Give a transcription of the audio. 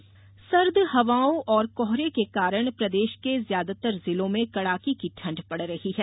मौसम सर्द हवाओं और कोहरे के कारण प्रदेश के ज्यादातर जिलों में कड़ाके की ठंड पड़ रही है